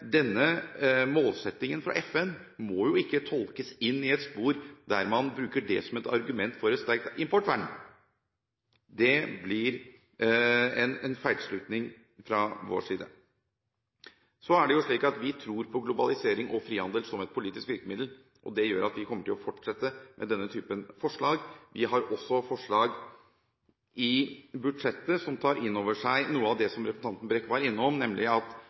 denne målsettingen fra FN må jo ikke tolkes inn i et spor der man bruker det som et argument for et sterkt importvern. Det blir en feilslutning, sett fra vår side. Så er det jo slik at vi tror på globalisering og frihandel som et politisk virkemiddel. Det gjør at vi kommer til å fortsette med denne typen forslag. Vi har også forslag i budsjettet, som tar inn over seg noe av det som representanten Brekk var innom, nemlig at